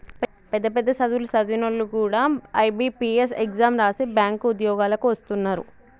పెద్ద పెద్ద సదువులు సదివినోల్లు కూడా ఐ.బి.పీ.ఎస్ ఎగ్జాం రాసి బ్యేంకు ఉద్యోగాలకు వస్తున్నరు